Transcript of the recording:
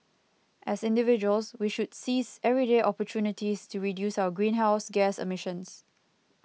as individuals we should seize everyday opportunities to reduce our greenhouse gas emissions